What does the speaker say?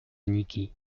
niki